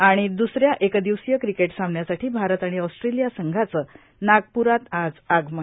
आणि द्स या एकदिवसीय क्रिकेट सामन्यासाठी भारत आणि ऑस्ट्रेलिया संघाचं नागपूरात आगमन